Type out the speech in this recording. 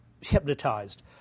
hypnotized